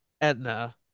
Edna